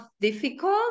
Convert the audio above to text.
difficult